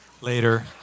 later